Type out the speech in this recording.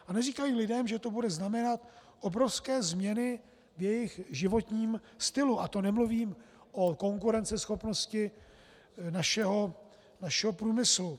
A neříkají lidem, že to bude znamenat obrovské změny v jejich životním stylu, a to nemluvím o konkurenceschopnosti našeho průmyslu.